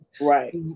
right